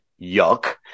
yuck